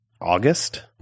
August